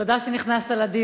כבוד השר, תודה שנכנסת לדיון.